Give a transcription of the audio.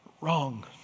wrong